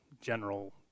general